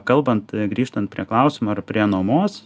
kalbant grįžtant prie klausimo ar prie nuomos